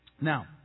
Now